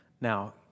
Now